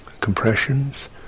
compressions